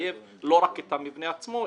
לחייב לא רק את המבנה עצמו,